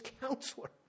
counselor